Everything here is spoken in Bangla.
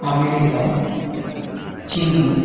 আমেরিকা চিন